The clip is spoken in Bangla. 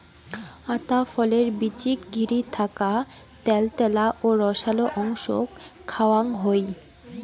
আতা ফলের বীচিক ঘিরি থাকা ত্যালত্যালা ও রসালো অংশক খাওয়াং হই